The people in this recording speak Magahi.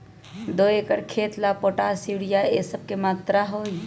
दो एकर खेत के ला पोटाश, यूरिया ये सब का मात्रा होई?